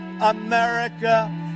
America